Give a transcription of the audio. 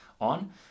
on